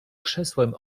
krzesłem